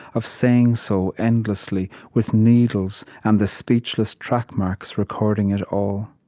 of saying so endlessly, with needles and the speechless track marks recording it all